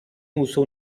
uso